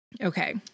Okay